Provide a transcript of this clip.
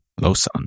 Losan